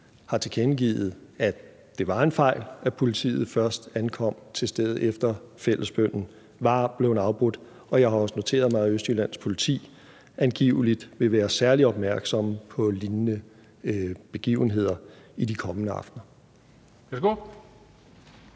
har tilkendegivet, at det var en fejl, at politiet først ankom til stedet, efter at fællesbønnen var blevet afbrudt. Og jeg har også noteret mig, at Østjyllands Politi angiveligt vil være særlig opmærksomme på lignende begivenheder i de kommende aftener. Kl.